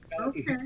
Okay